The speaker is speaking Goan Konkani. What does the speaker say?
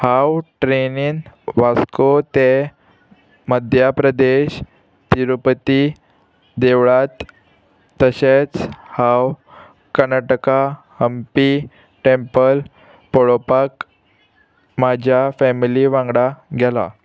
हांव ट्रेनीन वास्को ते मध्य प्रदेश तिरुपती देवळांत तशेंच हांव कर्नाटका हंपी टेंपल पळोवपाक म्हाज्या फॅमिली वांगडा गेला